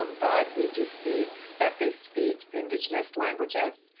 um but we do see that they speak indigenous languages,